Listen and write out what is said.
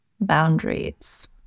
boundaries